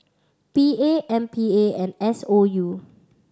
P A M P A and S O U